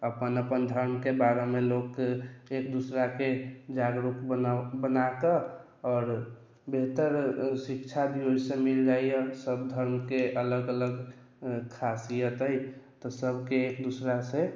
अपन अपन धर्मके बारेमे लोक एकदूसराकेँ जागरूक बना बना कऽ आओर बेहतर शिक्षा भी ओहिसँ मिल जाइए सभ धर्मके अलग अलग खासियत अइ तऽ सभके एकदूसरासँ